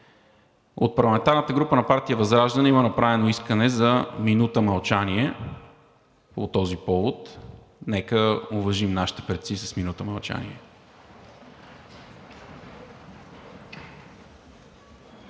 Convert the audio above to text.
От парламентарната група на партия ВЪЗРАЖДАНЕ има направено искане за минута мълчание по този повод. Нека уважим нашите предци с минута мълчание!